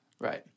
Right